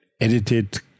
edited